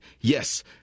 Yes